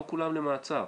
לא כולם למעצר,